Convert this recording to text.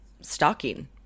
stalking